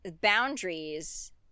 boundaries